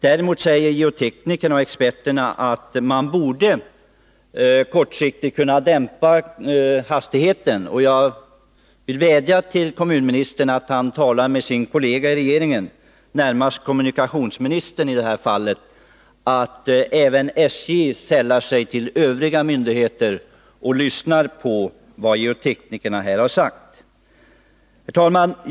Däremot säger geoteknikerna och experterna att man borde kortsiktigt kunna dämpa hastigheten. Därför vill jag vädja till kommunministern att han talar med sin kollega i regeringen, närmast kommunikationsministern, så att även SJ sällar sig till övriga myndigheter och lyssnar på vad geoteknikerna säger. Herr talman!